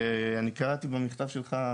קראתי במכתב שלך,